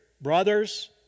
brothers